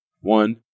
One